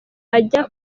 ajya